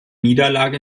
niederlage